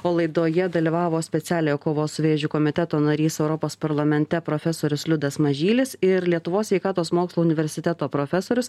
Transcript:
o laidoje dalyvavo specialiojo kovos su vėžiu komiteto narys europos parlamente profesorius liudas mažylis ir lietuvos sveikatos mokslų universiteto profesorius